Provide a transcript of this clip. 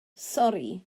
sori